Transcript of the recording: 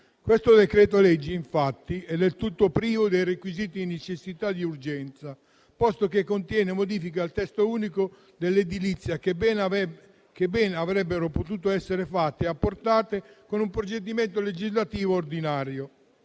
Questo decreto-legge, infatti, è del tutto privo dei requisiti di necessità e di urgenza, posto che contiene modifiche al testo unico dell'edilizia che ben avrebbero potuto essere fatte e apportate con un procedimento legislativo ordinario.